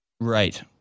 Right